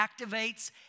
activates